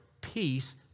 peace